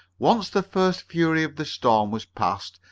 once the first fury of the storm was past,